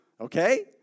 Okay